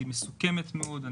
מסוכמת מאוד,